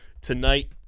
tonight